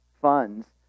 funds